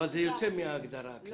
אבל זה יוצא מההגדרה הכללית.